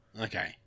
Okay